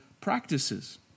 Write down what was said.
practices